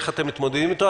איך אתם מתמודדים איתו?